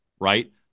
Right